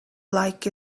like